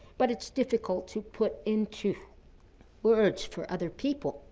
but it's difficult to put into words for other people.